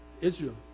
Israel